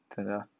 可能 lor